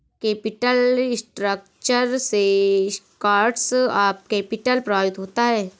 capital structure से cost of capital प्रभावित होता है